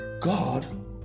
God